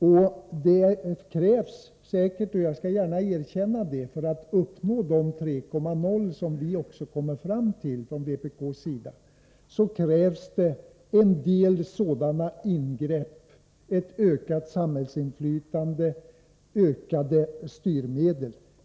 För att uppnå de 3,0 TWh som vi från vpk:s sida också kommit fram till krävs, det skall jag gärna erkänna, en del sådana ingrepp, ett ökat samhällsinflytande och ökade styrmedel.